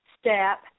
step